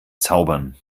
zaubern